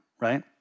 right